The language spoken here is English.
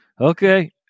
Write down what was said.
okay